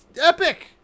epic